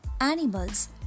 animals